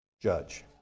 judge